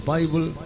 Bible